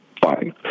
fine